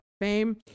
fame